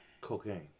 Cocaine